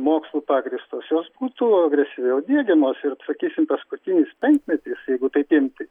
mokslu pagrįstos jos būtų agresyviau diegiamos ir sakysim paskutinis penkmetis jeigu taip imti